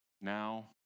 now